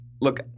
Look